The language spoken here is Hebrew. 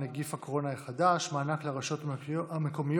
נגיף הקורונה החדש) (מענק לרשויות מקומיות),